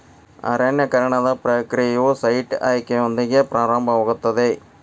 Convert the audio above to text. ಅರಣ್ಯೇಕರಣದ ಪ್ರಕ್ರಿಯೆಯು ಸೈಟ್ ಆಯ್ಕೆಯೊಂದಿಗೆ ಪ್ರಾರಂಭವಾಗುತ್ತದೆ